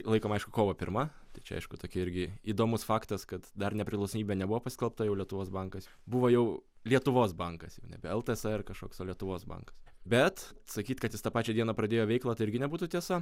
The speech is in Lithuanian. laikom aišku kovo pirma tai čia aišku tokia irgi įdomus faktas kad dar nepriklausomybė nebuvo paskelbta jau lietuvos bankas buvo jau lietuvos bankas jau nebe ltsr kažkoks o lietuvos bankas bet sakyt kad jis tą pačią dieną pradėjo veiklą tai irgi nebūtų tiesa